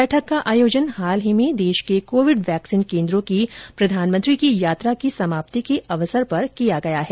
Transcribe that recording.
बैठक का आयोजन हाल ही में देश के कोविड वैक्सीन केन्द्रों की प्रधानमंत्री की यात्रा की समाप्ति के अवसर पर किया गया है